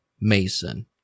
mason